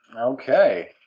Okay